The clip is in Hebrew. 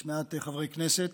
יש מעט חברי כנסת,